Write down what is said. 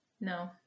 No